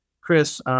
Chris